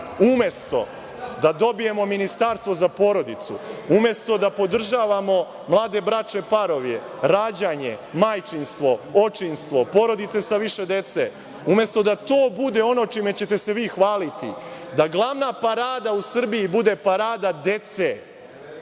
EU.Umesto da dobijemo ministarstvo za porodicu, umesto da podržavamo mlade bračne parove, rađanje, majčinstvo, očinstvo, porodice sa više dece, umesto da to bude ono čime ćete se vi hvaliti da glavna parada u Srbiji bude parada dece,